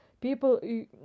people